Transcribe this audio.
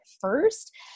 first